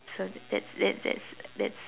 so that's that's that's that's